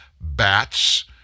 bats